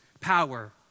power